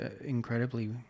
incredibly